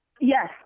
Yes